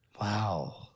Wow